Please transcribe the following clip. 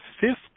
fifth